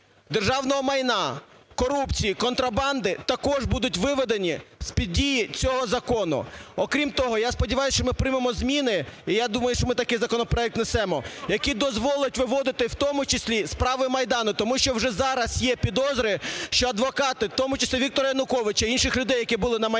державного майна, корупції, контрабанди також будуть виведені з-під дії цього закону. Крім того, я сподіваюсь, що ми приймемо зміни, і, я думаю, що ми такий законопроект внесемо, який дозволить виводити в тому числі справи Майдану, тому що вже зараз є підозри, що адвокати, в тому числі Віктора Януковича і інших людей, які були на Майдані